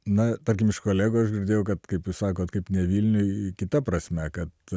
na tarkim iš kolegų aš girdėjau kad kaip jūs sakot kaip ne vilniuj kita prasme kad